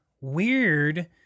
weird